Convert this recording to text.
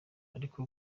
ariko